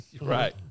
Right